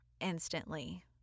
instantly